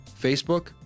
Facebook